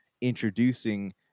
introducing